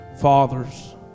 fathers